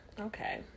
Okay